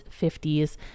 50s